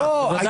--- סליחה,